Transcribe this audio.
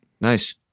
Nice